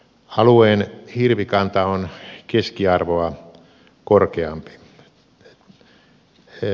alueen hirvikanta on keskiarvoa korkeampi